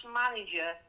manager